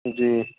جی